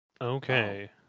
Okay